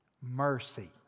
mercy